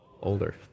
Older